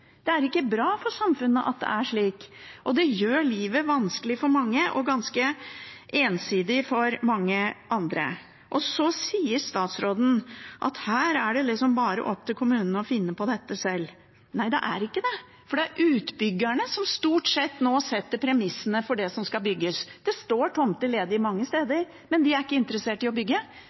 Det er ikke bra for samfunnet at det er slik, og det gjør livet vanskelig for mange og ganske ensidig for mange andre. Så sier statsråden at her er det bare opp til kommunene å finne på dette selv. Nei, det er ikke det, for det er utbyggerne som stort sett nå setter premissene for det som skal bygges. Det står tomter ledig mange steder, men de er ikke interessert i å bygge,